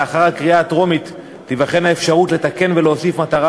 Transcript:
לאחר הקריאה הטרומית תיבחן האפשרות לתקן ולהוסיף מטרה